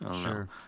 Sure